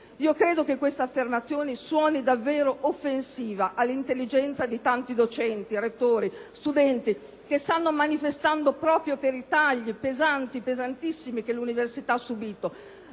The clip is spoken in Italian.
Credo che questa affermazione suoni davvero offensiva all'intelligenza di tanti docenti, rettori, studenti che stanno manifestando proprio per i tagli pesantissimi che l'università ha subito